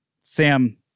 Sam